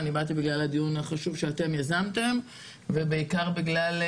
אני באתי בגלל הדיון החשוב שאתם יזמתם ובעיקר בגלל,